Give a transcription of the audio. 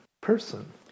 person